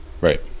Right